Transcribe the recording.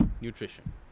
Nutrition